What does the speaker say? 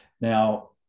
Now